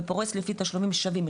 ופורס לפי תשלומים שווים,